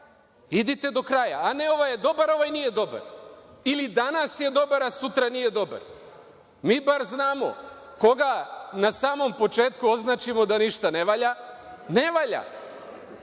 Idite do kraja, a ne ovaj je dobar, a ovaj nije dobar, ili danas je dobar, a sutra nije dobar. Mi bar znamo, koga na početku označimo da ništa ne valja, ne valja.